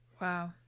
Wow